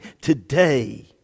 today